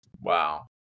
Wow